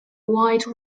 wide